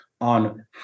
on